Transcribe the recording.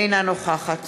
אינה נוכחת